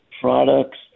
Products